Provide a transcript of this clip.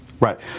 Right